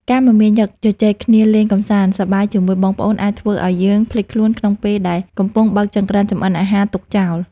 ការមមាញឹកជជែកគ្នាលេងកម្សាន្តសប្បាយជាមួយបងប្អូនអាចធ្វើឱ្យយើងភ្លេចខ្លួនក្នុងពេលដែលកំពុងបើកចង្ក្រានចម្អិនអាហារទុកចោល។